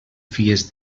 fies